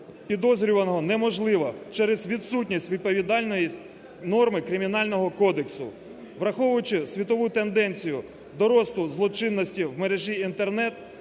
підозрюваного неможливо через відсутність відповідальної норми Кримінального кодексу. Враховуючи світову тенденцію до росту злочинності в мережі Інтернет